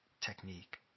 technique